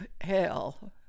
hell